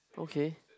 okay